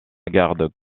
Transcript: garde